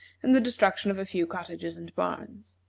and the destruction of a few cottages and barns.